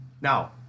Now